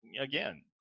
again